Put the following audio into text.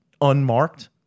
unmarked